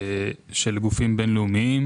של גופים בינלאומיים.